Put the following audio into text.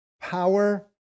power